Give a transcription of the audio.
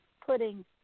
putting